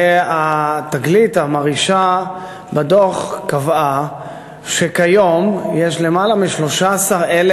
והתגלית המרעישה בדוח קבעה שכיום יש למעלה מ-13,000